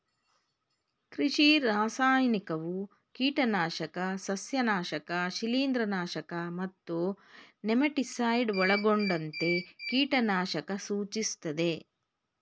ಕೃಷಿ ರಾಸಾಯನಿಕವು ಕೀಟನಾಶಕ ಸಸ್ಯನಾಶಕ ಶಿಲೀಂಧ್ರನಾಶಕ ಮತ್ತು ನೆಮಟಿಸೈಡ್ ಒಳಗೊಂಡಂತೆ ಕೀಟನಾಶಕ ಸೂಚಿಸ್ತದೆ